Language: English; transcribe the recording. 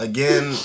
Again